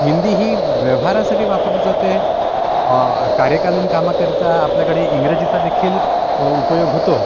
हिंदी ही व्यवहारासाठी वापरलं जाते कार्यकालीन कामाकरिता आपल्याकडे इंग्रजीचा देखील उपयोग होतो